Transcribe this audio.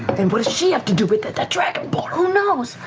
and what does she have to do with it, that dragonborn? laura who knows?